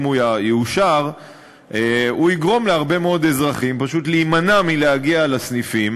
אם הוא יאושר הוא יגרום להרבה מאוד אזרחים פשוט להימנע מלהגיע לסניפים,